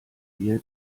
wir